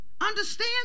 Understand